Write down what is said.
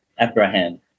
Abraham